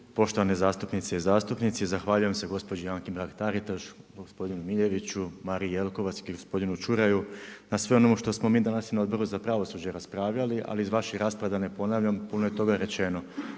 poštovane zastupnice i zastupnici. Zahvaljujem se gospođi Anki Mrak-Taritaš, gospodinu Miljeniću, Mariji Jelkovac i gospodinu Čuraju na svemu onome što smo mi danas i na Odboru za pravosuđe raspravljali ali i iz vaših rasprava da ne ponavljam, puno je toga rečeno.